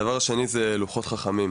הדבר השני הוא לוחות חכמים.